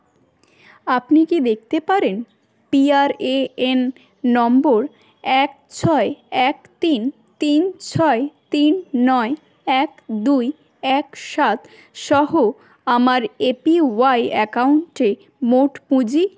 আপনি কি দেখতে পারেন P R A N number এক ছয় এক তিন তিন ছয় তিন নয় এক দুই এক সাত সহ আমার এ পি ওয়াই অ্যাকাউন্টে মোট পুঁজি